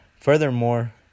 Furthermore